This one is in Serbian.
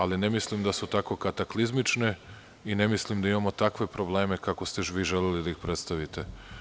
Ali, ne mislim da su tako kataklizmične i ne mislim da imamo takve probleme kako ste vi želeli da ih predstavite.